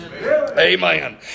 Amen